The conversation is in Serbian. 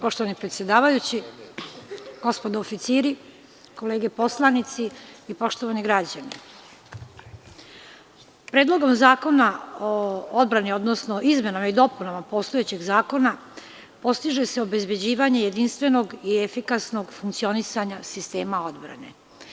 Poštovani predsedavajući, gospodo oficiri, kolege poslanici i poštovani građani, Predlogom zakona o odbrani, odnosno izmenama i dopunama postojećeg zakona postiže se obezbeđivanje jedinstvenog i efikasnog funkcionisanja sistema odbrane.